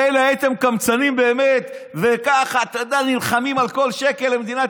מילא הייתם קמצנים באמת ונלחמים על כל שקל למדינת